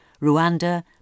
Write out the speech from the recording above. Rwanda